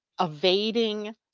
evading